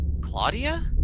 Claudia